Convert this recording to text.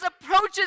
approaches